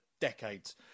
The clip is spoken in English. decades